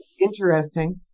interesting